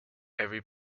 every